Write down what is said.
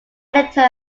editor